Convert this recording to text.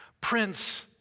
Prince